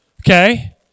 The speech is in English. okay